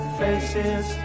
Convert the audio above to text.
faces